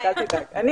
אני